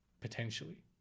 potentially